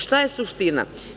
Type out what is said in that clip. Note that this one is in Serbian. Šta je suština?